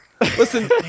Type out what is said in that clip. listen